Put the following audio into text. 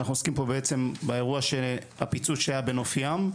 אנחנו עוסקים פה בעצם באירוע הפיצוץ שהיה בנוף ים,